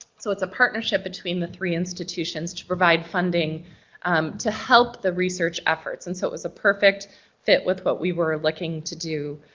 so it's a partnership between the three institutions to provide funding um to help the research efforts. efforts. and so it was a perfect fit with what we were looking to do,